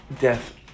death